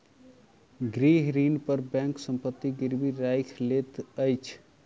गृह ऋण पर बैंक संपत्ति गिरवी राइख लैत अछि